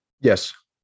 Yes